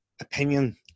opinion